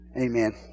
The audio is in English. Amen